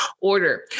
order